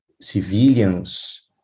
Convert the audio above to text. civilians